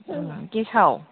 गेसाव